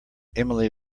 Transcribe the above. emily